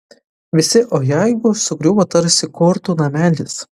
visi o jeigu sugriuvo tarsi kortų namelis